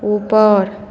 उपर